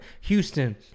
Houston